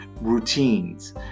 routines